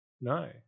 No